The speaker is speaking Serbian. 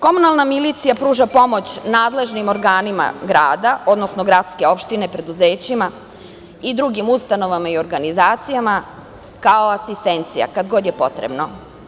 Komunalna milicija pruža pomoć nadležnim organima grada odnosno gradske opštine, preduzećima i drugim ustanovama i organizacijama kao asistencija, kad god je potrebno.